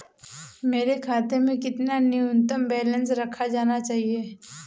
मेरे खाते में कितना न्यूनतम बैलेंस रखा जाना चाहिए?